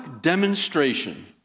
demonstration